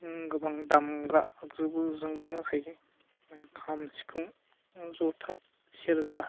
गोबां दामग्रा आगजुजोंबो मोसायो खाम सिफुं जथा सेरजा